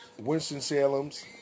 Winston-Salem's